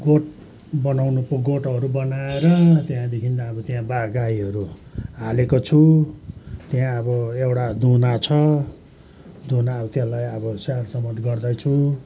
गोठ बनाउँनु गोठहरू बनाएर त्यहाँदेखि त्यहाँ गाईहरू हालेको छु त्यहाँ अब एउटा दुना छ दुना अब त्यसलाई स्याहारसुसार गर्दैछु